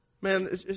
Man